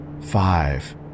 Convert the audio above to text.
five